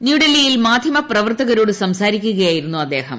ന്യൂഡൽഹിയിൽ മാധ്യമ പ്രവർത്തകരോട് സംസാരിക്കുകയായിരുന്നു അദ്ദേഹം